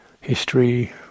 history